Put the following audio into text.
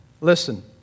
listen